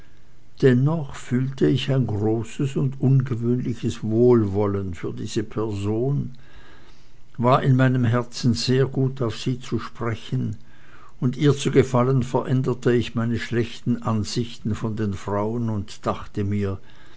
dennoch fühlte ich ein großes und ungewöhnliches wohlwollen für diese person war in meinem herzen sehr gut auf sie zu sprechen und ihr zu gefallen veränderte ich meine schlechten ansichten von den frauen und dachte mir